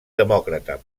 demòcrata